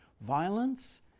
Violence